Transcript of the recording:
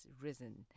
risen